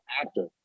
actor